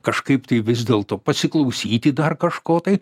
kažkaip tai vis dėlto pasiklausyti dar kažko tai